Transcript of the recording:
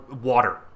water